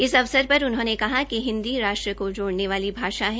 इस अवसर पर उन्होंने कहा कि हिन्दी राष्ट्र को जोड़ने वाली भाषा है